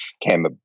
came